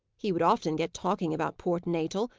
he would often get talking about port natal,